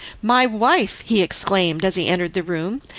my wife, he exclaimed as he entered the room,